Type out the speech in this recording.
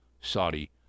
Saudi